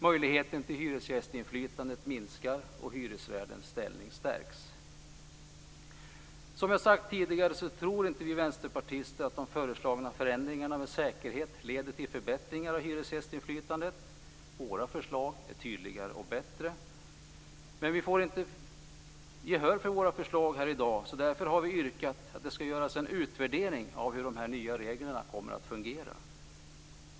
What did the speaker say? Möjligheten till hyresgästinflytande minskar och hyresvärdens ställning stärks. Som jag sagt tidigare tror inte vi vänsterpartister att de föreslagna förändringarna med säkerhet leder till förbättringar av hyresgästinflytandet. Våra förslag är tydligare och bättre. Men vi får inte gehör för våra förslag här i dag. Därför har vi yrkat att det ska göras en utvärdering av hur de nya reglerna kommer att fungera.